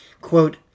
Quote